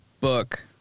Book